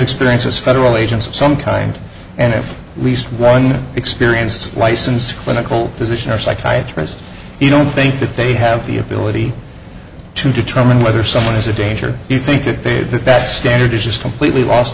experience as federal agents of some kind and at least one experienced licensed clinical physician or psychiatrist you don't think that they have the ability to determine whether someone is a danger do you think that they have the best standard is just completely lost